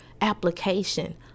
application